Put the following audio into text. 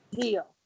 deal